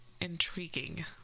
intriguing